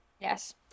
Yes